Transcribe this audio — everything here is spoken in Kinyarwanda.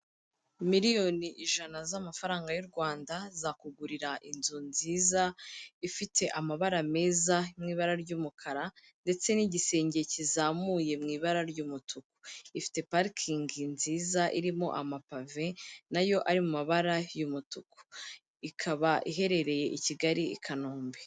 Miliyoni ijana z'amafaranga y'u rwanda zakugurira inzu nziza ifite amabara meza nk'ibara ry'umukara ndetse n'igisenge kizamuye mu ibara ry'umutuku. Ifite parikingi nziza irimo amapave nayo ari mu mabara y'umutuku, ikaba iherereye i kigali i kanombe.